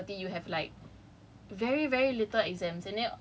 ah generally across all the modules in my faculty you have like